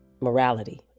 morality